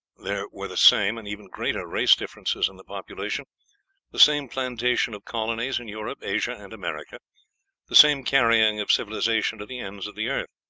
there were the same, and even greater, race differences in the population the same plantation of colonies in europe, asia, and america the same carrying of civilization to the ends of the earth.